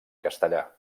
castellà